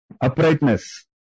uprightness